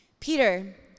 Peter